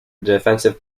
defensive